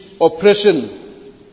oppression